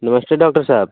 नमस्ते डॉक्टर साहब